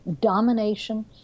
domination